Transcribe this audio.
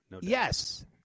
Yes